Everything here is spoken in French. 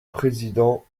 président